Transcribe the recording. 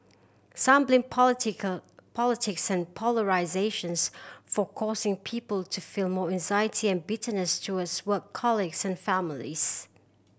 some blame political politics and polarisations for causing people to feel more anxiety and bitterness towards work colleagues and families